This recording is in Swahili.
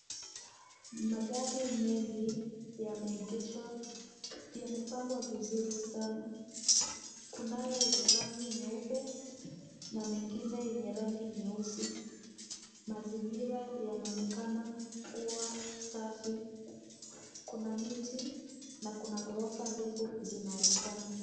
Magari mengi yamepangwa vizuri sana. Kunayo yenye rangi nyeupe na mengine yenye rangi nyeusi. Mazingira yanaonekana kua safi. Kuna miti na kuna ghorofa ndefu zinaonekana.